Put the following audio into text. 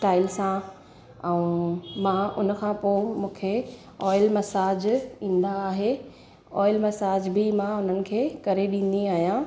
style सां ऐं मां हुन खां पोइ मूंखे ऑइल मसाज ईंदो आहे ऑइल मसाज बि मां उन्हनि खे करे ॾींदी आहियां